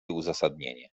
uzasadnienie